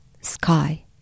sky